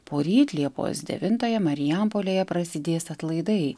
poryt liepos devintąją marijampolėje prasidės atlaidai